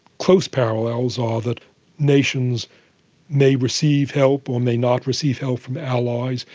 close parallels are that nations may receive help or may not receive help from allies.